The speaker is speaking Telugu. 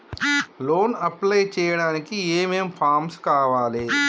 లోన్ అప్లై చేయడానికి ఏం ఏం ఫామ్స్ కావాలే?